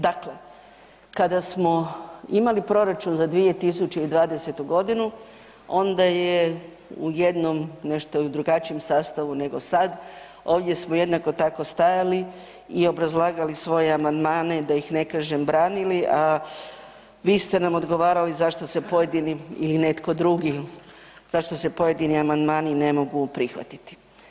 Dakle, kada smo imali proračun za 2020. g. onda je u jednom, nešto i drugačijem sastavu nego sad, ovdje smo jednako tako stajali i obrazlagali svoje amandmane, da ih ne kažem, branili, a vi ste nam odgovarali zašto se pojedini ili netko drugi, zašto se pojedini amandmani ne mogu prihvatiti.